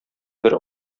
бер